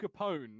Capone